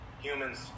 humans